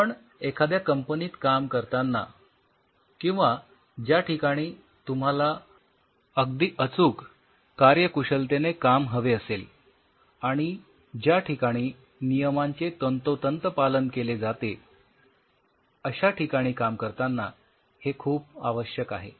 पण एखाद्या कंपनीत काम करतांना किंवा ज्या ठिकाणी तुम्हाला अगदी अचूक कार्यकुशलतेने काम हवे असेल आणि ज्या ठिकाणी नियमांचे तंतोतंत पालन केले जाते अश्या ठिकाणी काम करतांना हे खूप आवश्यक आहे